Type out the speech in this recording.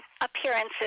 appearances